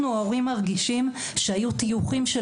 אנחנו ההורים מרגישים שהיו טיוחים של